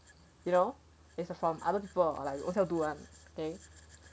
you know it's a from other people or like you ownself do one okay